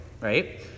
right